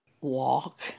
walk